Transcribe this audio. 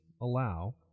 allow